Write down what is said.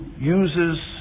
uses